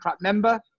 member